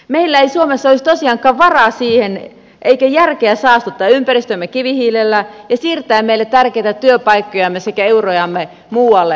meillä ei suomessa olisi tosiaankaan varaa siihen eikä ole järkeä saastuttaa ympäristöämme kivihiilellä ja siirtää meille tärkeitä työpaikkojamme sekä eurojamme muualle maailmalle